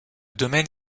domaine